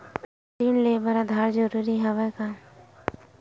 ऋण ले बर आधार जरूरी हवय का?